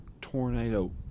tornado